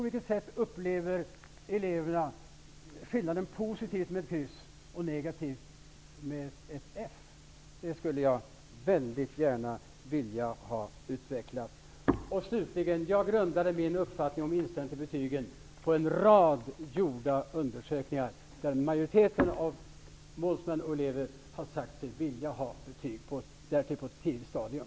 Varför skulle eleverna uppleva det som positivt att få ett kryss men negativt att få ett F? Det skulle jag väldigt gärna vilja ha utvecklat. Slutligen: Jag grundar min uppfattning om inställningen till betygen på en rad undersökningar som gjorts. Enligt dem har majoriteten av målsmän och elever sagt sig vilja ha betyg, och därtill på ett tidigt stadium.